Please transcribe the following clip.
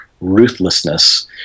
ruthlessness